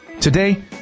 Today